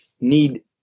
need